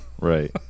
Right